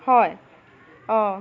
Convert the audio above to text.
হয় অঁ